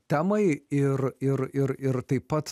temai ir ir ir ir taip pat